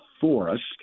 forest